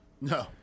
No